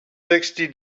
sixty